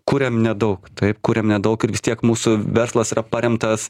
kuriam nedaug taip kuriam nedaug ir vis tiek mūsų verslas yra paremtas